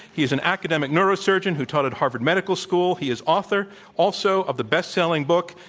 he is an academic neurosurgeon who taught at harvard medical school. he is author also of the bestselling book,